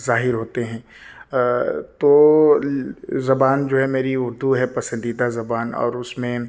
ظاہر ہوتے ہیں تو زبان جو ہے میری اردو ہے پسندیدہ زبان اور اس میں